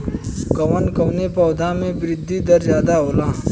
कवन कवने पौधा में वृद्धि दर ज्यादा होला?